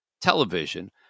television